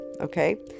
okay